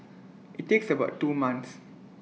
IT takes about two months